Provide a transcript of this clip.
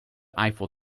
eiffel